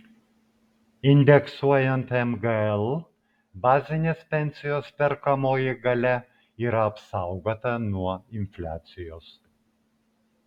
indeksuojant mgl bazinės pensijos perkamoji galia yra apsaugota nuo infliacijos